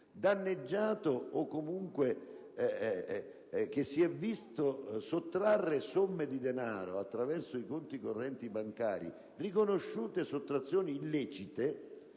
danneggiato o che comunque si è visto sottrarre somme di denaro attraverso i conti correnti bancari, ha subito sottrazioni illecite,